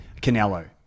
Canelo